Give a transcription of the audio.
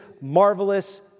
marvelous